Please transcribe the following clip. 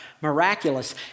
miraculous